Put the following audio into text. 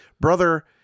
Brother